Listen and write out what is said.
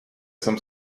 some